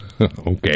Okay